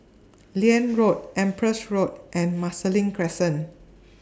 Liane Road Empress Road and Marsiling Crescent